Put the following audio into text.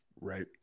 Right